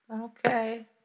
Okay